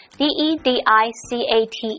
D-E-D-I-C-A-T-E